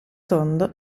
tondo